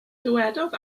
dywedodd